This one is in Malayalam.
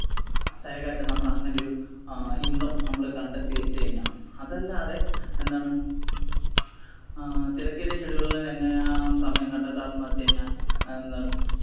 സൈഡായിട്ട് നമ്മളങ്ങനൊരു ഇൻകം നമ്മള് കണ്ടെത്തി വെച്ച് കഴിഞ്ഞാൽ അതല്ലാതെ എന്താണ് തിരക്കേറിയ ഷെഡ്യൂൾ എങ്ങനെയാ സമയം കണ്ടെത്താമെന്ന് വെച്ച് കഴിഞ്ഞാൽ അതെന്താണ്